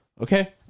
Okay